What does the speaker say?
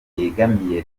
yegamiye